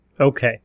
Okay